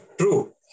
True